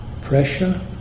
pressure